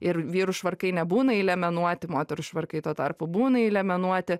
ir vyrų švarkai nebūna įliemenuoti moterų švarkai tuo tarpu būna įliemenuoti